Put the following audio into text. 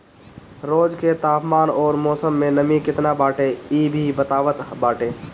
रोज के तापमान अउरी मौसम में नमी केतना बाटे इ भी बतावत बाटे